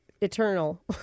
Eternal